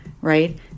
right